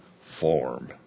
form